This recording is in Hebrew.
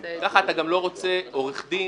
ככה אתה גם לא רוצה עורך דין